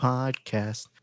Podcast